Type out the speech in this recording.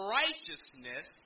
righteousness